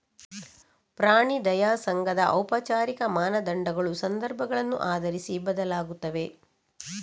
ಪ್ರಾಣಿ ದಯಾ ಸಂಘದ ಔಪಚಾರಿಕ ಮಾನದಂಡಗಳು ಸಂದರ್ಭಗಳನ್ನು ಆಧರಿಸಿ ಬದಲಾಗುತ್ತವೆ